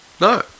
no